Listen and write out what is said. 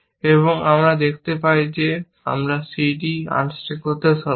এবং আমরা দেখতে পাই যে আমরা cd আনস্ট্যাক করতে সক্ষম